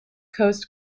coast